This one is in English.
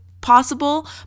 possible